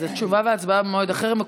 הצבעה במועד אחר.